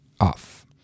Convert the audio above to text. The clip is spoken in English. off